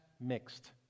mixed